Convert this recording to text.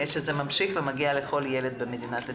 שזה ממשיך ומגיע לכל ילד במדינת ישראל.